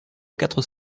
quatre